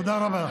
תודה רבה.